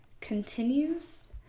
continues